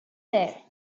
there